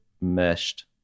meshed